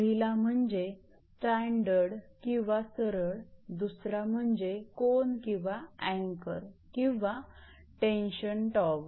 पहिला म्हणजे स्टॅंडर्ड किंवा सरळ दुसरा म्हणजे कोन किंवा अँकर किंवा टेन्शन टॉवर